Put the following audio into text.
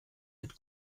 mit